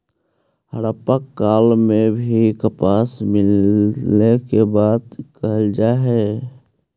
हड़प्पा काल में भी कपास मिले के बात कहल जा हई